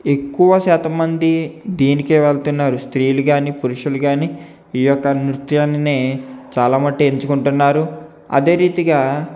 ఎక్కువ శాతం మంది దీనికే వెళ్తున్నారు స్త్రీలు కాని పురుషులు కాని ఈ యొక్క నృత్యానినే చాలా మటు ఎంచుకుంటున్నారు అదే రీతిగా